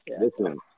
Listen